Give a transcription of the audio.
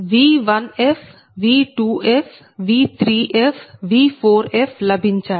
V1f V2f V3f V4f లభించాయి